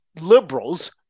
liberals